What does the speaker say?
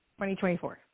2024